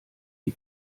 die